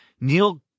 Neil